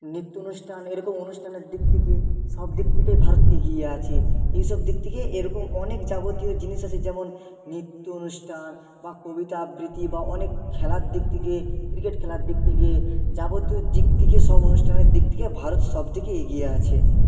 নৃত্য অনুষ্ঠান এরকম অনুষ্ঠানের দিক থেকে সব দিক থেকেই ভারত এগিয়ে আছে এইসব দিক থেকে এরকম অনেক যাবতীয় জিনিস আছে যেমন নৃত্য অনুষ্ঠান বা কবিতা আবৃত্তি বা অনেক খেলার দিক থেকে ক্রিকেট খেলার দিক থেকে যাবতীয় দিক থেকে সব অনুষ্ঠানের দিক থেকে ভারত সব থেকে এগিয়ে আছে